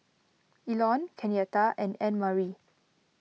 Elon Kenyatta and Annmarie